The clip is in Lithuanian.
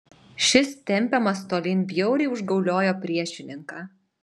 šis tempiamas tolyn bjauriai užgauliojo priešininką